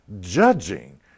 judging